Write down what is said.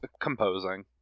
Composing